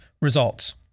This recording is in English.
Results